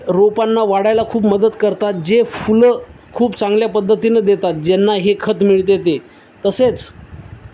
रोपांना वाढायला खूप मदत करतात जे फुलं खूप चांगल्या पद्धतीनं देतात ज्यांना हे खत मिळते ते तसेच